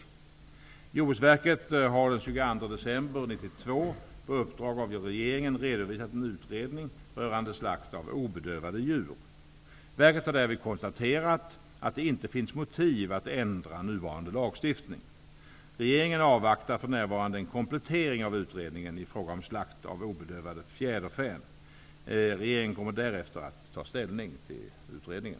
Jordbruksverket har den 22 december 1992 på uppdrag av regeringen redovisat en utredning rörande slakt av obedövade djur. Verket har därvid konstaterat att det inte finns motiv att ändra nuvarande lagstiftning. Regeringen avvaktar för närvarande en komplettering av utredningen i fråga om slakt av obedövade fjäderfän. Regeringen kommer därefter att ta ställning till utredningen.